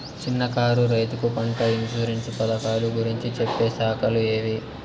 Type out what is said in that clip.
చిన్న కారు రైతుకు పంట ఇన్సూరెన్సు పథకాలు గురించి చెప్పే శాఖలు ఏవి?